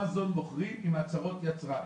אמזון מוכרים עם הצהרות יצרן?